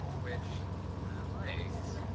which i liked.